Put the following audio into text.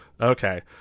okay